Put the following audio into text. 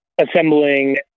assembling